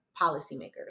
policymakers